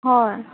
होय